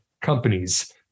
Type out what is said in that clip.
companies